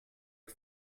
are